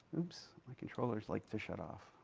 oops, my controllers like to shut off.